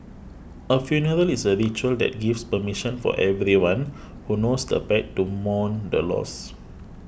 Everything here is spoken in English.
a funeral is a ritual that gives permission for everyone who knows the pet to mourn the loss